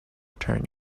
return